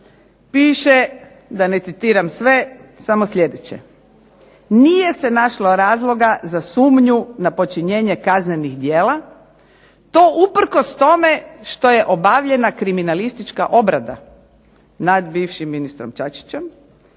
piše, da ne citiram sve, samo sljedeće: nije se našlo razloga za sumnju na počinjenje kaznenih djela, to uprkos tome što je obavljena kriminalistička obrada nad bivšim ministrom Čačićem